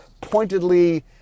pointedly